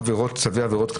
(ענישה לפי חוקי עזר),